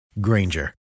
Granger